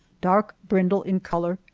dark brindle in color,